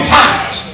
times